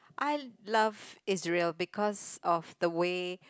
I love Israel because of the way